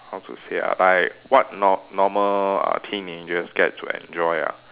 how to say ah like what nor~ normal uh teenagers get to enjoy ah